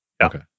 Okay